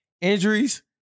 Injuries